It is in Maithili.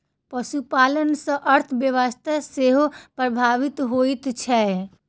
पशुपालन सॅ अर्थव्यवस्था सेहो प्रभावित होइत छै